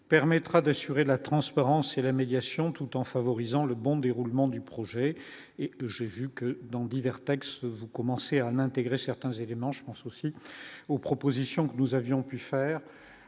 permettra d'assurer la transparence et la médiation tout en favorisant le bon déroulement du projet et j'ai vu que dans divers textes, vous commencez à en intégrer certains éléments, je pense aussi aux propositions que nous avions pu faire